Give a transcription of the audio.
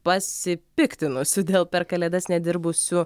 pasipiktinusių dėl per kalėdas nedirbusių